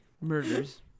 murders